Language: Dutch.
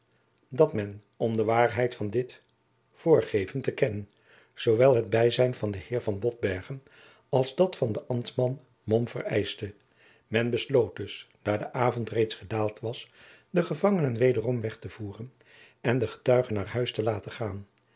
dat men om de waarheid van dit voorgeven te kennen zoowel het bijzijn van den heer van botbergen als dat van den ambtman mom vereischte men besloot dus daar de avond reeds gedaald was den gevangenen wederom weg te voeren en de getuigen naar huis te laten gaan